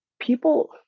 people